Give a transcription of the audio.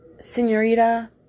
Senorita